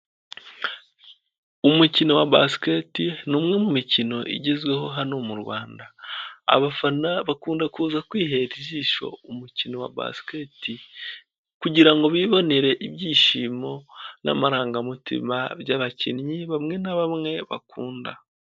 Umukino wa basiketi ni umwe mu mikino igezweho hano mu Rwanda, abafana bakunda kuza kwihera ijisho umukino wa basiketi kugirango bibonere ibyishimo n'amarangamutima by'abakinnyi bamwe na bamwe bakunda.